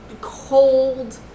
cold